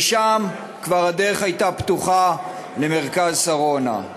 משם כבר הייתה הדרך פתוחה למרכז שרונה.